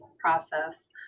process